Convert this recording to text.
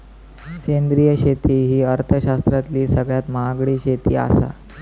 सेंद्रिय शेती ही अर्थशास्त्रातली सगळ्यात महागडी शेती आसा